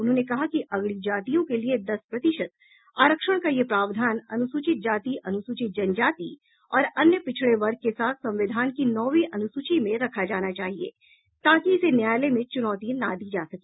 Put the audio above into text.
उन्होंने कहा कि अगड़ी जातियों के लिए दस प्रतिशत आरक्षण का यह प्रावधान अनुसूचित जाति अनुसूचित जनजाति और अन्य पिछडे वर्ग के साथ संविधान की नौवीं अनुसूची में रखा जाना चाहिए ताकि इसे न्यायालय में चुनौती न दी जा सके